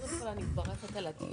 קודם כל אני מברכת על הדיון.